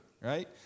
right